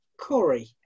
Corey